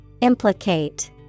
Implicate